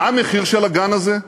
מה המחיר של הגן הזה?